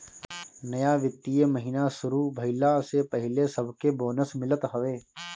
नया वित्तीय महिना शुरू भईला से पहिले सबके बोनस मिलत हवे